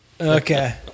Okay